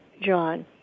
John